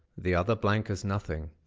the other blank as nothing.